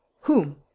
Whom